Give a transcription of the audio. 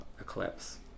eclipse